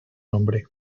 nombre